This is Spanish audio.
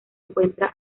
encuentra